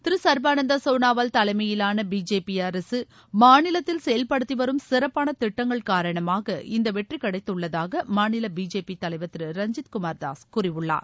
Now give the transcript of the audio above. திரு ச்ள்பானந்த சோனாவால் தலைமையிலான பிஜேபி அரசு மாநிலத்தில் செயல்படுத்திவரும் சிறப்பான திட்டங்கள் காரணமாக இந்த வெற்றி கிடைத்துள்ளதாக மாநில பிஜேபி தலைவர் திரு ரஞ்சித் குமார் தாஸ் கூறியுள்ளார்